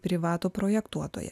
privatų projektuotoją